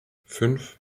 fünf